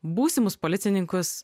būsimus policininkus